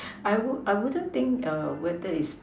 I would I wouldn't think whether is